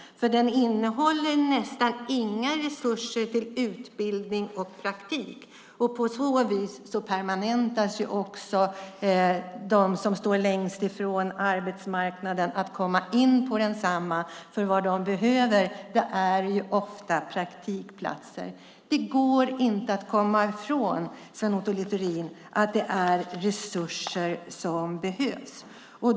Det innebär nästan inga resurser till utbildning och praktik. På så vis permanentas förhållandena för dem som står längst från arbetsmarknaden när det gäller att komma in på densamma. Vad de behöver är ofta praktikplatser. Det går inte att komma ifrån, Sven Otto Littorin, att det är resurser som behövs.